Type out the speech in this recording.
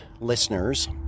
listeners